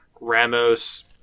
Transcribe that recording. Ramos